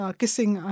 kissing